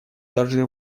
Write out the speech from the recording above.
даже